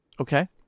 Okay